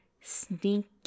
sneaky